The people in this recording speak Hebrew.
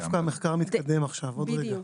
דווקא המחקר מתקדם עכשיו, עוד רגע.